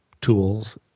tools